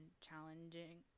challenging